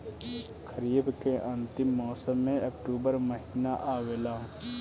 खरीफ़ के अंतिम मौसम में अक्टूबर महीना आवेला?